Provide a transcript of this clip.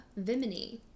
Vimini